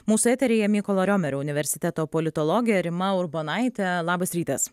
mūsų eteryje mykolo riomerio universiteto politologė rima urbonaitė labas rytas